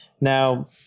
Now